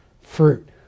fruit